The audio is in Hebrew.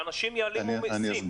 החשש שלך הוא שאנשים יעלימו מסים,